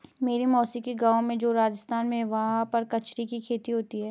मेरी मौसी के गाँव में जो राजस्थान में है वहाँ पर कचरी की खेती होती है